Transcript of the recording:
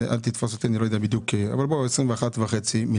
אל תתפוס אותי כי אני לא יודע בדיוק אבל בוא נגיד שזה 21.5 מיליארד.